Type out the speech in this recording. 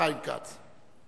חיים כץ.